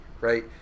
right